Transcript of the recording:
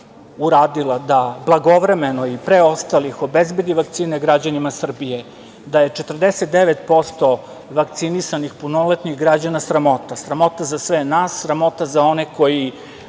uradila da blagovremeno i pre ostalih obezbedi vakcine građanima Srbije, da je 49% vakcinisanih punoletnih građana sramota. Sramota za sve nas, sramota za one koji